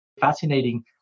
fascinating